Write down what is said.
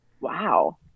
wow